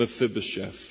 Mephibosheth